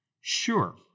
Sure